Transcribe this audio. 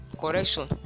correction